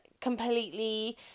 completely